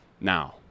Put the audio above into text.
now